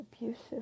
abusive